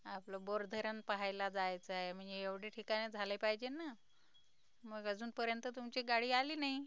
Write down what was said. आपलं बोरधरण पाहायला जायचंय म्हणजे एवढे ठिकाण झाले पाहिजे ना मग अजूनपर्यंत तुमची गाडी आली नाही